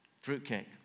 fruitcake